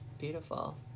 Beautiful